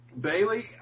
Bailey